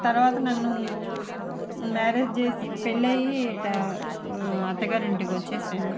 తరువాత నేను మ్యారేజ్ చేసి పెళ్ళై ఇట్టా అత్తగారింటికి వచ్చేసాను